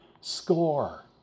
score